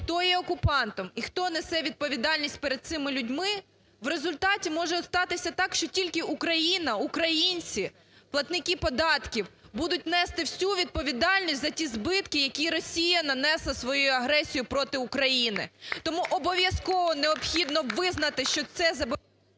хто є окупантом і хто несе відповідальність перед цими людьми, в результаті може статися так, що тільки Україна, українці, платники податків будуть нести всю відповідальність за ті збитки, які Росія нанесла своєю агресією проти України . Тому обов'язково необхідно визнати, що це...